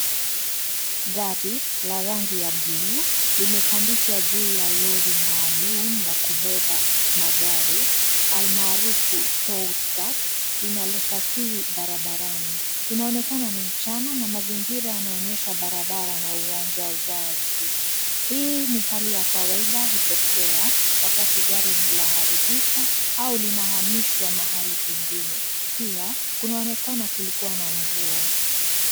Gari, la rangi ya (cs)blue(cs), limepandishwa juu ya roli maalum la kubeba, magari, almarufu (cs)tow-t ruck(cs), linalosafiri barabarani, inaonekana ni mchana na mazingira yanaonyesha barabara na uwanja wazi, hii ni hali ya kawaida, hutokea, wakati gari linaharibika, au linahamishwa mahali pengine, pia, kunaonekana kulikuwa na mvua.